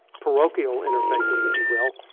parochial interfaces, if you will,